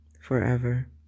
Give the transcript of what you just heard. forever